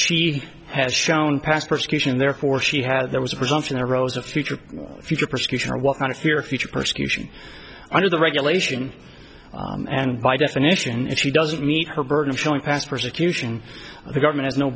she has shown past persecution and therefore she had there was a presumption there rose a future future persecution or what kind of fear of future persecution under the regulation and by definition if she doesn't meet her burden of showing past persecution the government is no